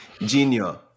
Junior